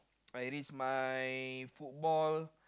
I risk my football